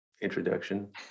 introduction